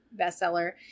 bestseller